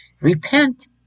repent